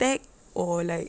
tag or like